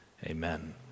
Amen